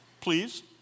Please